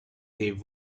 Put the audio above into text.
they